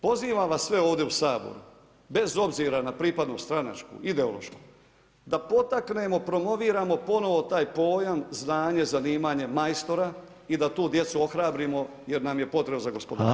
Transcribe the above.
Pozivam vas sve ovdje u Saboru, bez obzira na pripadnost stranačku, ideološku da potaknemo, promoviramo ponovno taj pojam znanje-zanimanje majstora i da tu djecu ohrabrimo jer nam je potrebno za gospodarstvo.